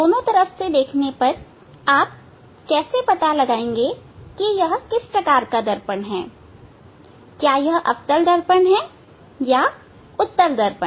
दोनों तरफ से देखने पर आप कैसे पता लगाएंगे कि यह किस प्रकार का दर्पण है क्या यह अवतल दर्पण है या उत्तल दर्पण